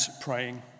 praying